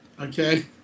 okay